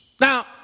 Now